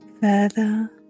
further